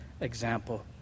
example